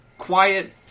Quiet